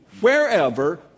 wherever